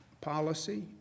policy